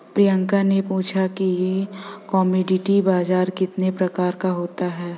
प्रियंका ने पूछा कि कमोडिटी बाजार कितने प्रकार का होता है?